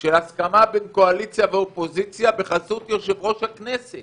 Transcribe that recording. של הסכמה בין קואליציה ואופוזיציה בחסות יושב-ראש הכנסת